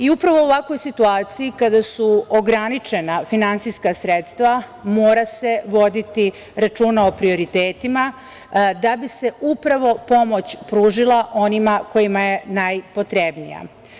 Upravo u ovakvoj situaciji, kada su ograničena finansijska sredstva, mora se voditi računu o prioritetima da bi se upravo pomoć pružila onima kojima je najpotrebnija.